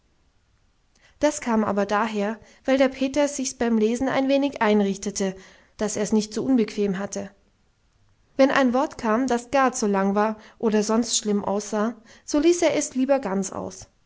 das kam aber daher weil der peter sich beim lesen ein wenig einrichtete daß er's nicht zu unbequem hatte wenn ein wort kam das gar zu lang war oder sonst schlimm aussah so ließ er es lieber ganz aus